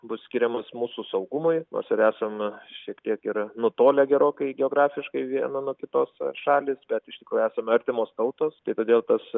bus skiriamas mūsų saugumui nors ir esam šiek tiek ir nutolę gerokai geografiškai viena nuo kitos šalys bet iš tikrųjų esame artimos tautos ir todėl tas